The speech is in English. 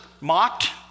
mocked